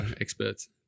experts